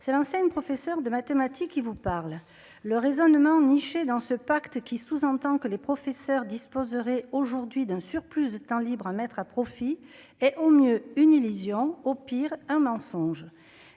c'est l'ancienne professeur de maths. Thématique qui vous parle, le raisonnement niché dans ce pacte qui sous-entend que les professeurs disposeraient aujourd'hui d'un surplus de temps libre à mettre à profit et au mieux une illusion, au pire un mensonge